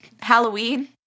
Halloween